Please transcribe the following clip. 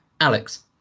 Alex